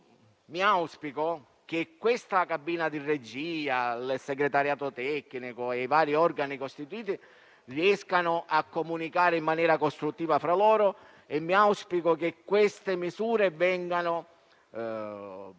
Auspico che questa cabina di regia, il segretariato tecnico e i vari organi costituiti riescano a comunicare in maniera costruttiva fra loro e che queste misure vengano prorogate